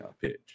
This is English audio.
pitch